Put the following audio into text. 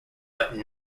but